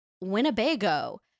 Winnebago